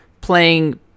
playing